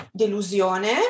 delusione